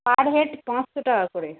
পার head পাঁচশো টাকা করে